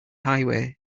highway